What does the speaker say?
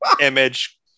image